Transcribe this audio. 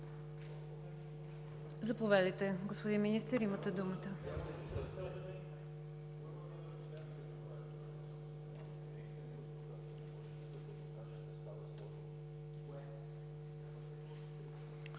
Заповядайте, господин Министър, имате думата.